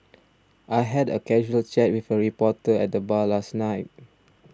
I had a casual chat with a reporter at the bar last night